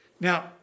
Now